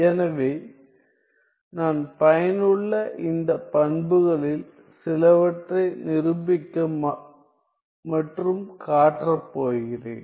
எனவே நான் பயனுள்ள இந்த பண்புகளில் சிலவற்றை நிரூபிக்க மற்றும் காட்டப் போகிறேன்